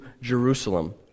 Jerusalem